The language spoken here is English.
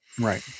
Right